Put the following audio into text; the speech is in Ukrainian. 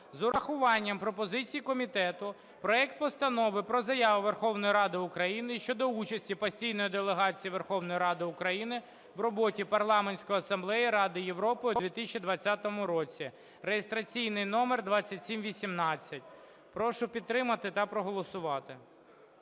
з урахуванням пропозицій комітету проект Постанови про Заяву Верховної Ради України "Щодо участі Постійної делегації Верховної Ради України в роботі Парламентської Асамблеї Ради Європи у 2020 році" (реєстраційний номер 2718). Прошу підтримати та проголосувати.